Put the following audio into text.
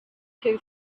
who